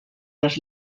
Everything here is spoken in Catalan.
les